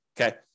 okay